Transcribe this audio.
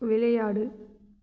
விளையாடு